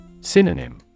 Synonym